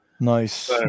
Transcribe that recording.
Nice